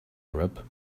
arab